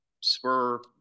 spur